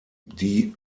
die